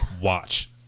Watch